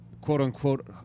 quote-unquote